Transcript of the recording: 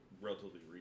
relatively